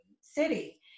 city